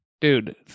Dude